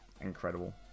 incredible